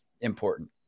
important